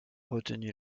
retenu